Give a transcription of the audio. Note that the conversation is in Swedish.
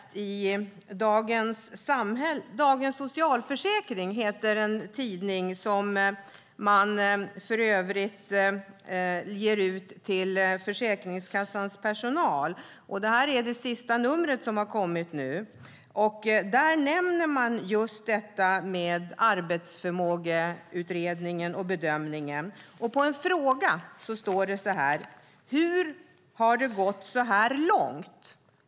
Tidningen Dagens Socialförsäkring ges ut till Försäkringskassans personal, och jag har läst det sista numret som har kommit nu. Där nämner man just detta med arbetsförmågeutredningen och bedömningen. Där finns en fråga: "Hur har det gått så här långt?"